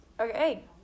Okay